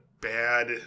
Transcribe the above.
bad